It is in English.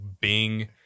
Bing